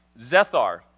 Zethar